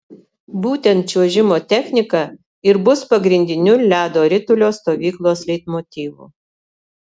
būtent čiuožimo technika ir bus pagrindiniu ledo ritulio stovyklos leitmotyvu